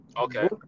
Okay